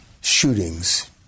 shootings